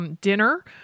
Dinner